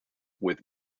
with